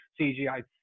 CGI